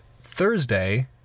Thursday